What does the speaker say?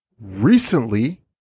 Recently